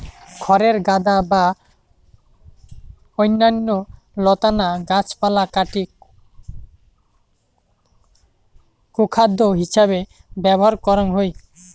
খড়ের গাদা বা অইন্যান্য লতানা গাছপালা কাটি গোখাদ্য হিছেবে ব্যবহার করাং হই